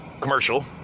commercial